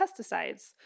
pesticides